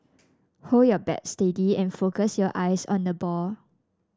hold your bat steady and focus your eyes on the ball